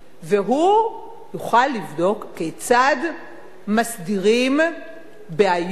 והוא יוכל לבדוק כיצד מסדירים בעיות,